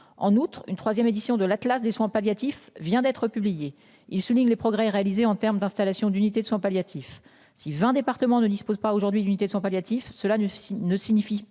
en outre une 3ème édition de l'Atlas des soins palliatifs vient d'être publié, il souligne les progrès réalisés en terme d'installation d'unités de soins palliatifs. Si 20 départements ne dispose pas aujourd'hui l'unité de soins palliatifs, cela ne ne signifie pas